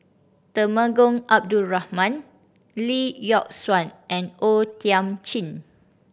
Temenggong Abdul Rahman Lee Yock Suan and O Thiam Chin